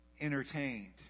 entertained